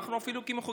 אנחנו אפילו כמחוקקים,